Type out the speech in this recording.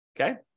okay